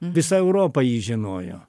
visa europa jį žinojo